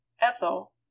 Ethel